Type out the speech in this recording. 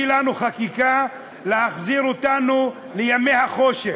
לנו חקיקה שמחזירה אותנו לימי החושך.